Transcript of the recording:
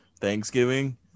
Thanksgiving